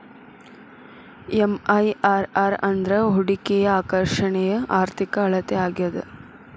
MIRR ಅಂದ್ರ ಹೂಡಿಕೆಯ ಆಕರ್ಷಣೆಯ ಆರ್ಥಿಕ ಅಳತೆ ಆಗ್ಯಾದ